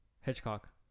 Hitchcock